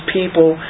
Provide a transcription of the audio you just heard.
people